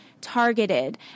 targeted